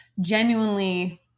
genuinely